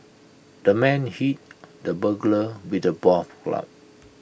the man hit the burglar with A club